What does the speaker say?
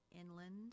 inland